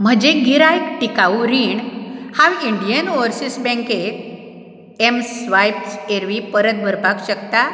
म्हजें गिरायक टिकाऊ रीण हांव इंडियन ओवरसीज बँकेत एम स्वायप्स एरवीं परत भरपाक शकता